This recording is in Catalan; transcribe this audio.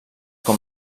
com